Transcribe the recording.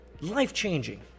life-changing